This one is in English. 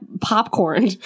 popcorn